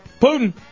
Putin